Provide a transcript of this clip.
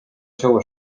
seua